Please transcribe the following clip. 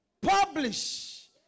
Publish